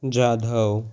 Jadhav